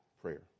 prayer